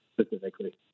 specifically